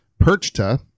Perchta